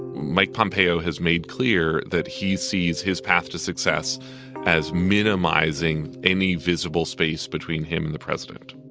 mike pompeo has made clear that he sees his path to success as minimizing any visible space between him and the president